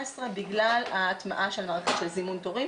בגלל ההטמעה של המערכת של זימון תורים.